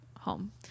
home